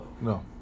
No